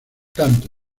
tanto